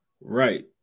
Right